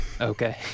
Okay